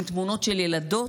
עם תמונות של ילדות,